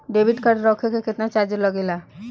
Debit card रखे के केतना चार्ज लगेला?